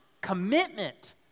commitment